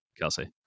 Kelsey